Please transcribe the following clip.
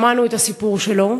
שמענו את הסיפור שלו,